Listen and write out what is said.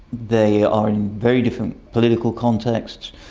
they are in very different political contexts,